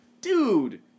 dude